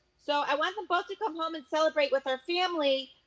so i want them both to come home and celebrate with our family,